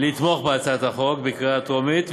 לתמוך בה בקריאה טרומית,